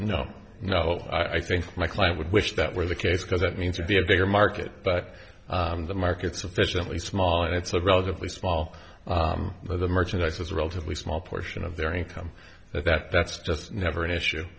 oh no no i think my client would wish that were the case because it means to be a bigger market but the market sufficiently small and it's a relatively small but the merchandise is relatively small portion of their income that that's just never an issue